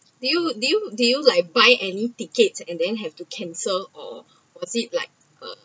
did you did you did you like buy any ticket and then have to cancel or was it like uh